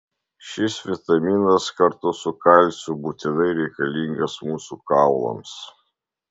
šis vitaminas kartu su kalciu būtinai reikalingas mūsų kaulams